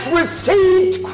received